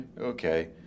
okay